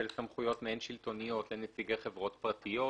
סמכויות מעין שלטוניות לנציגי חברות פרטיות,